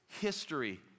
history